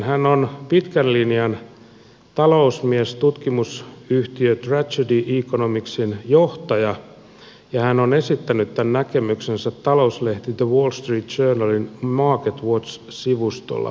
hän on pitkän linjan talousmies tutkimusyhtiö strategy economicsin johtaja ja hän on esittänyt tämän näkemyksensä talouslehti the wall street journalin marketwatch sivustolla blogissaan